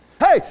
Hey